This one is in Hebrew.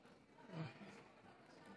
אבל בהחלט כנסת